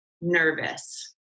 nervous